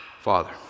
Father